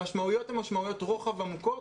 המשמעויות הן משמעויות רוחב עמוקות.